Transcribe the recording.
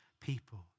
people